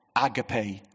agape